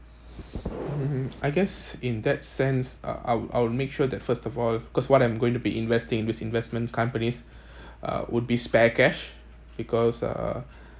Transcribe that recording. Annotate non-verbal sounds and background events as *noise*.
mm I guess in that sense I I'll I'll make sure that first of all because what I'm going to be investing with this investment companies *breath* uh would be spare cash because uh